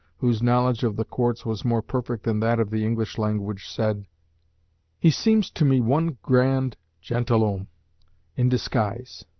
whose knowledge of the courts was more perfect than that of the english language, said he seems to me one grand gentilhomme in disguise